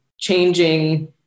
changing